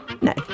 No